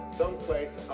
someplace